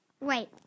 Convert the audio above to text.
Wait